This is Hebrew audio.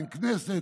אין כנסת,